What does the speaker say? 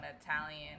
Italian